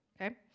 okay